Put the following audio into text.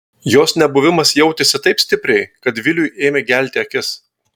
jos nebuvimas jautėsi taip stipriai kad viliui ėmė gelti akis